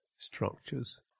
structures